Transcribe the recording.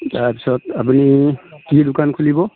তাৰপিছত আপুনি কি দোকান খুলিব